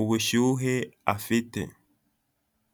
ubushyuhe afite